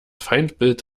feindbild